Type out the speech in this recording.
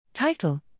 Title